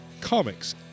comics